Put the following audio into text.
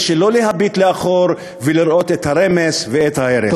שלא להביט לאחור ולראות את הרמס ואת ההרס.